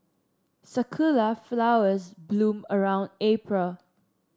sakura flowers bloom around April